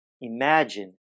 imagine